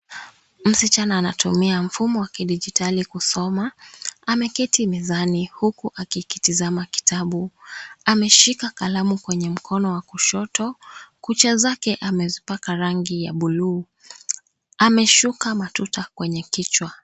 Msichana anatumia mfumo wa kidijitali kusoma. Ameketi mezani huku akikitazama kitabu. Ameshika kalamu kwenye mkono wa kushoto. Kucha zake amezipaka rangi ya buluu. Ameshuka matuta kwenye kichwa.